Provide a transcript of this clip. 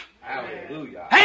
Hallelujah